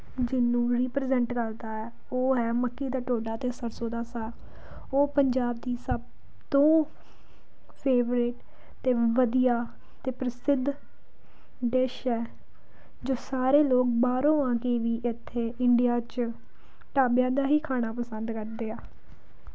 ਜਿਹਨੂੰ ਰੀਪ੍ਰਜੈਂਟ ਕਰਦਾ ਉਹ ਹੈ ਮੱਕੀ ਦਾ ਟੋਡਾ ਅਤੇ ਸਰਸੋਂ ਦਾ ਸਾਗ ਉਹ ਪੰਜਾਬ ਦੀ ਸਭ ਤੋਂ ਫੇਵਰੇਟ ਅਤੇ ਵਧੀਆ ਅਤੇ ਪ੍ਰਸਿੱਧ ਡਿਸ਼ ਹੈ ਜੋ ਸਾਰੇ ਲੋਕ ਬਾਹਰੋਂ ਆ ਕੇ ਵੀ ਇੱਥੇ ਇੰਡੀਆ 'ਚ ਢਾਬਿਆਂ ਦਾ ਹੀ ਖਾਣਾ ਪਸੰਦ ਕਰਦੇ ਆ